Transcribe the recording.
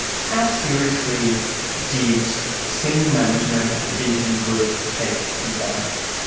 how seriously did senior management at the beacon group take compliance?